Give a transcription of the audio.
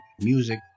Music